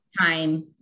time